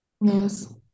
yes